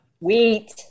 Wheat